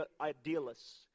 idealists